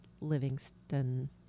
Livingston